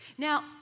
Now